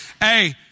Hey